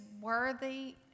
worthy